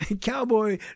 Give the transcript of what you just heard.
Cowboy